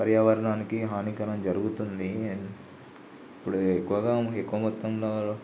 పర్యావరణానికి హానికరం జరుగుతుంది ఇప్పుడు ఎక్కువగా ఎక్కువ మొత్తంలో